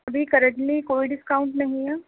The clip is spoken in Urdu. ابھی کرنٹلی کوئی ڈسکاؤنٹ نہیں ہے